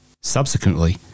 Subsequently